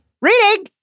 Reading